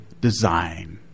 design